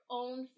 own